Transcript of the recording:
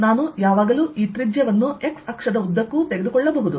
ನಾನು ಯಾವಾಗಲೂ ಈ ತ್ರಿಜ್ಯವನ್ನು x ಅಕ್ಷದ ಉದ್ದಕ್ಕೂ ತೆಗೆದುಕೊಳ್ಳಬಹುದು